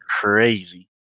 crazy